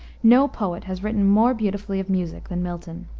no poet has written more beautifully of music than milton.